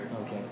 Okay